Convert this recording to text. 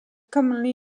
commonly